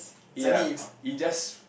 ya it just